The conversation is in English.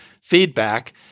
feedback